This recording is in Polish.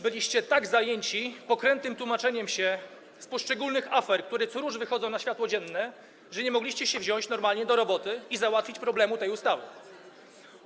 Byliście tak zajęci pokrętnym tłumaczeniem się z poszczególnych afer, które co rusz wychodzą na światło dzienne, że nie mogliście się wziąć normalnie do roboty i załatwić problemu w przypadku tej ustawy.